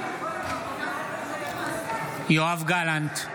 (קורא בשמות חברי הכנסת) יואב גלנט,